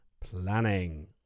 planning